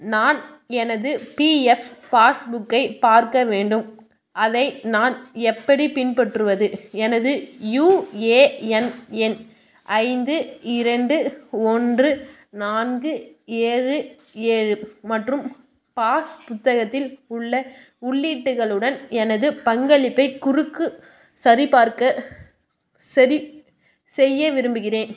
நான் எனது PF pass புக்கைப் பார்க்க வேண்டும் அதை நான் எப்படிப் பின்பற்றுவது எனது யுஏஎன் எண் ஐந்து இரண்டு ஒன்று நான்கு ஏழு ஏழு மற்றும் பாஸ் புத்தகத்தில் உள்ள உள்ளீட்டுகளுடன் எனது பங்களிப்பை குறுக்கு சரிபார்க்க சரி செய்ய விரும்புகிறேன்